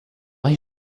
hier